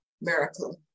miracle